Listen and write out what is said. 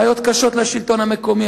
בעיות קשות לשלטון המקומי,